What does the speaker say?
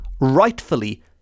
rightfully